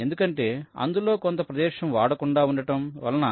ఎందుకంటే అందులో కొంత ప్రదేశము వాడకుండా ఉండటం వలన